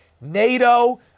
NATO